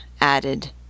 added